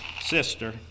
sister